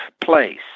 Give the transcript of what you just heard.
place